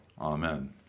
Amen